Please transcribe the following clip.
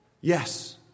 Yes